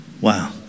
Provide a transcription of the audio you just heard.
Wow